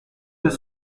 deux